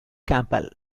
campbell